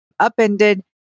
Upended